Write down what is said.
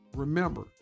Remember